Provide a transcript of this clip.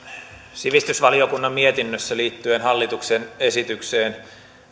sivistysvaliokunnan mietinnössä liittyen hallituksen esitykseen